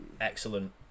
excellent